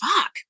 fuck